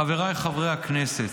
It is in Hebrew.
חבריי חברי הכנסת,